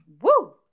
Woo